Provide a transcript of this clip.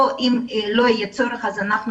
אם לא יהיה צורך באישור הוועדה,